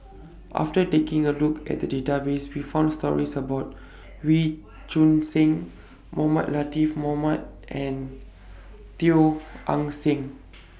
after taking A Look At The Database We found stories about Wee Choon Seng Mohamed Latiff Mohamed and Teo Eng Seng